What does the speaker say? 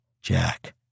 Jack